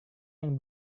yang